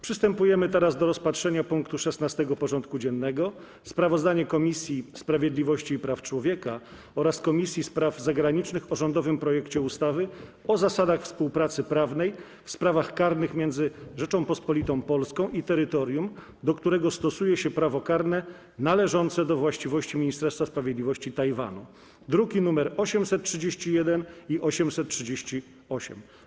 Przystępujemy do rozpatrzenia punktu 16. porządku dziennego: Sprawozdanie Komisji Sprawiedliwości i Praw Człowieka oraz Komisji Spraw Zagranicznych o rządowym projekcie ustawy o zasadach współpracy prawnej w sprawach karnych między Rzecząpospolitą Polską i terytorium, do którego stosuje się prawo karne należące do właściwości Ministra Sprawiedliwości Tajwanu (druki nr 831 i 838)